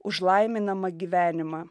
už laiminamą gyvenimą